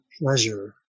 pleasure